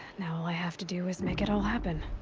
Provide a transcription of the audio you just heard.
now all i have to do is make it all happen.